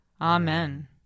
Amen